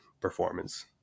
performance